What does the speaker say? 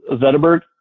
Zetterberg